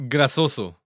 Grasoso